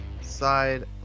Side